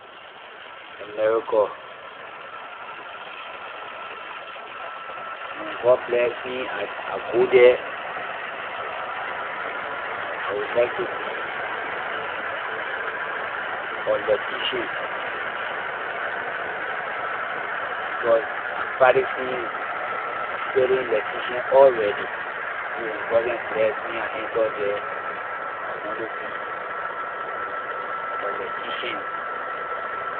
America when god bless me i- I go the I will like be electrician because I practicing I studying electrician already so and god can bless me I enter the I want to be electrician.